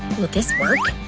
will this work?